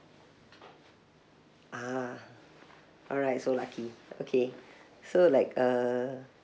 ah alright so lucky okay so like uh